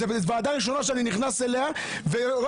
זאת ועדה ראשונה שאני נכנס אליה וראש